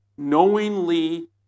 knowingly